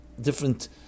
different